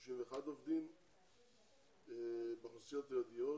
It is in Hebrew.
31 עובדים מאוכלוסיות הייעודיות,